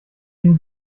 eben